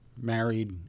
married